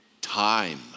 time